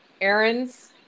errands